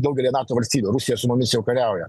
daugelyje nato valstybių rusija su mumis jau kariauja